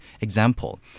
example